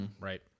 right